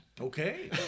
Okay